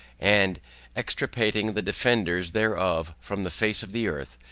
and extirpating the defenders thereof from the face of the earth,